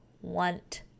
want